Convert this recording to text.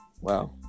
Wow